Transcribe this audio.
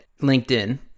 LinkedIn